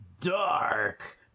dark